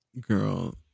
girl